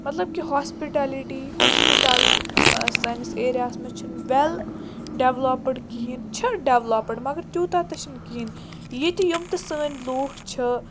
مطلب کہِ hospitality hospital سٲنِس ایریاہَس منٛز چھِنہٕ وٮ۪ل ڈٮ۪ولَپٕڈ کِہیٖنۍ چھِ ڈٮ۪ولَپٕڈ مگر تیوٗتاہ تہِ چھِنہٕ کِہیٖنۍ ییٚتہِ یِم تہِ سٲنۍ لوٗکھ چھِ